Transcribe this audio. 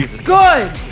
Good